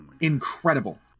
incredible